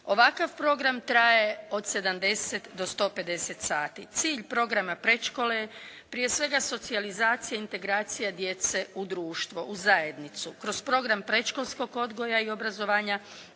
Ovakav program traje od 70 do 150 sati. Cilj programa predškole je prije svega socijalizacija i integracija djece u društvo, u zajednicu. Kroz program predškolskog odgoja i obrazovanja